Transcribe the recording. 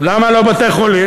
למה לא בתי-חולים?